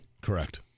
correct